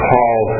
Paul